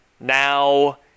Now